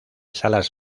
salas